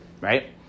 right